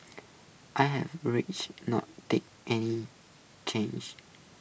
I'm rich not take any change